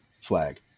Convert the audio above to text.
flag